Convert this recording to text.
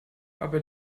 aber